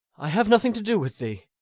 i have nothing to do with thee.